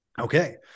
Okay